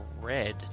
red